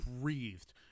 breathed